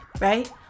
right